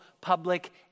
public